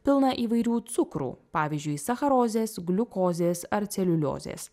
pilna įvairių cukrų pavyzdžiui sacharozės gliukozės ar celiuliozės